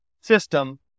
system